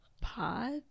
pod